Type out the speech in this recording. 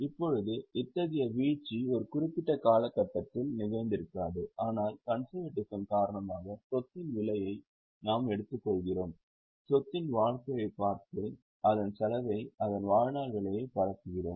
இப்போது இத்தகைய வீழ்ச்சி ஒரு குறிப்பிட்ட காலகட்டத்தில் நிகழ்ந்திருக்காது ஆனால் கன்செர்வேட்டிசம் காரணமாக சொத்தின் விலையை நாம் எடுத்துக்கொள்கிறோம் சொத்தின் ஆயுட்காலத்தை பார்த்து அந்த செலவை அதன் வாழ்நாள் விலையில் பட்டியலிடுகிறோம்